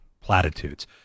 platitudes